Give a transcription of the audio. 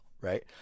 right